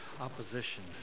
opposition